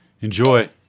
Enjoy